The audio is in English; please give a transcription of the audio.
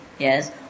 Yes